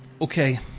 Okay